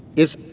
is